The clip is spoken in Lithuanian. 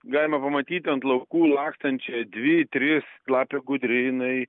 galima pamatyti ant laukų lakstančią dvi tris lapė gudri jinai